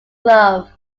glove